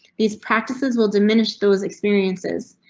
these practices will diminish those experiences,